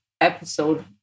episode